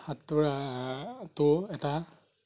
সাঁতোৰাটো এটা